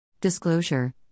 Disclosure